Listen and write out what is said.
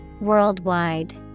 Worldwide